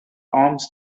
arms